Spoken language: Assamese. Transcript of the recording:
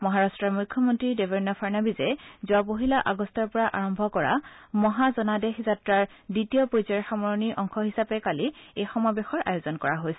মহাৰট্টৰ মুখ্যমন্ত্ৰী দেৱেদ্ৰ ফাড়নবীশে যোৱা পহিলা আগষ্টৰ পৰা আৰম্ভ কৰা মহাজনাদেশ যাত্ৰাৰ দ্বিতীয় পৰ্যায়ৰ সামৰণিৰ অংশ হিচাপে কালি এই সমাবেশৰ আয়োজন কৰা হৈছিল